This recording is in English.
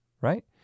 right